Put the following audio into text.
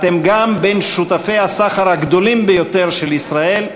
אתם גם בין שותפי הסחר הגדולים ביותר של ישראל.